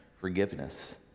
forgiveness